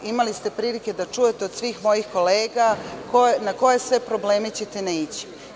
Imali ste prilike da čujete od svih mojih kolega na koje ćete sve probleme naići.